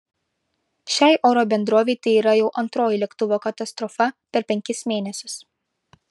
šiai oro bendrovei tai yra jau antroji lėktuvo katastrofa per penkis mėnesius